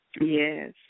Yes